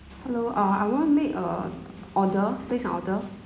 hello ah I want to make a order place an order